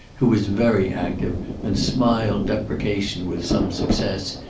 who was very active and smiled deprecation with some success,